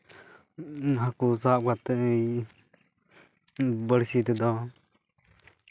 ᱦᱟᱹᱠᱩ ᱥᱟᱵ ᱠᱟᱛᱮᱫ ᱤᱧ ᱵᱟᱹᱲᱥᱤ ᱛᱮᱫᱚ